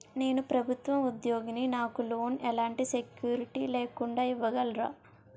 నేను ప్రభుత్వ ఉద్యోగిని, నాకు లోన్ ఎలాంటి సెక్యూరిటీ లేకుండా ఇవ్వగలరా?